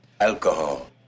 Alcohol